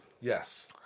Yes